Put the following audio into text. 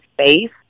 space